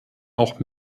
auch